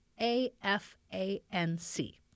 A-F-A-N-C